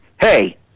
hey